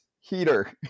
heater